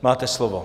Máte slovo.